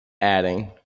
adding